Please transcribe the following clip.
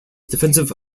defensive